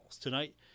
tonight